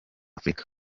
afurika